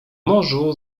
morzu